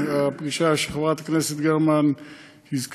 הפגישה במשרד שחברת הכנסת גרמן הזכירה,